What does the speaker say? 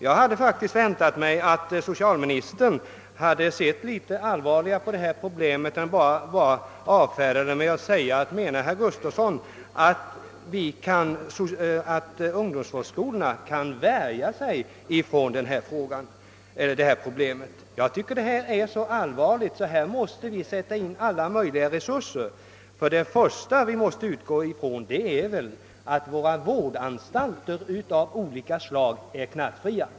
Jag hade faktiskt väntat mig att socialministern hade sett litet allvarligare på detta problem än att bara avfärda det med att fråga: Menar herr Gustavsson att ungdomsvårdsskolorna kan värja sig mot detta problem? Jag tycker att detta är så allvarligt att vi måste sätta in alla tänkbara resurser. Vad vi först och främst måste utgå ifrån är väl ändå att våra vårdanstalter av olika slag är knarkfria.